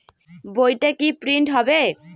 বইটা কি প্রিন্ট হবে?